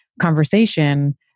conversation